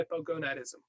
hypogonadism